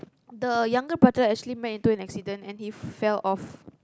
the younger brother actually met into an accident and he fell off